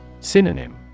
Synonym